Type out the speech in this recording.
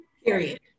period